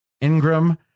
Ingram